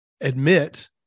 admit